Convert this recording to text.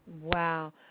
wow